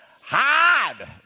Hide